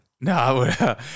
No